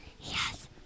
Yes